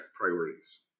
priorities